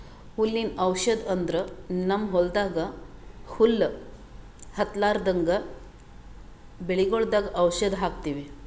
ಹುಲ್ಲಿನ್ ಔಷಧ್ ಅಂದ್ರ ನಮ್ಮ್ ಹೊಲ್ದಾಗ ಹುಲ್ಲ್ ಹತ್ತಲ್ರದಂಗ್ ಬೆಳಿಗೊಳ್ದಾಗ್ ಔಷಧ್ ಹಾಕ್ತಿವಿ